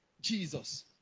Jesus